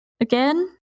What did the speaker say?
again